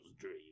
dream